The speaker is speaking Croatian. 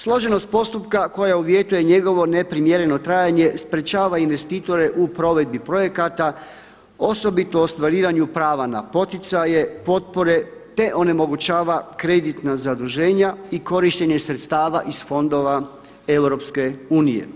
Složenost postupka koja uvjetuje njegovo neprimjereno trajanje sprječava investitore u provedbi projekata osobito ostvarivanju prava na poticaje, potpore te onemogućava kreditna zaduženja i korištenje sredstava iz fondova EU.